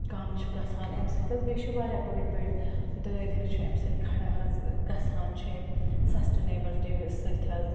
کَم چھُ گژھان اَمہِ سۭتۍ حظ بیٚیہِ چھِ واریاہ بٔڑۍ بٔڑۍ دٲدۍ حظ چھِ اَمہِ سۭتۍ کھڑا حظ گژھان چھِ أمۍ سَسٹنیبٕل ٹیوی سۭتۍ حظ